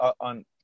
on